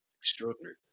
extraordinary